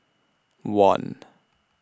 one